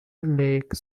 lake